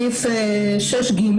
סעיף 6(ג),